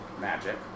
Magic